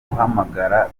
guhamagara